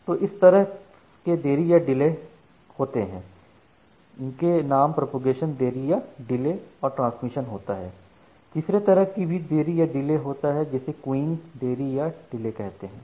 दो तरह के देरी या डिले होते हैं जिनके नाम प्रोपेगेशन देरी या डिले और ट्रांसमिशन होता है तीसरे तरह का भी देरी या डिले होता है जिसे क्यूइंग देरी या डिले कहते हैं